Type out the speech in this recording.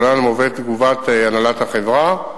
ולהלן מובאת תגובת הנהלת החברה.